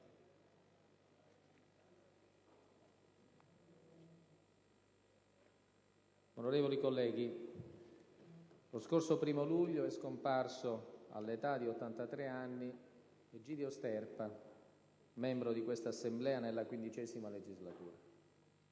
Onorevoli colleghi, lo scorso 1° luglio è scomparso, all'età di 83 anni, Egidio Sterpa, membro di questa Assemblea nella XV legislatura.